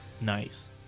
nice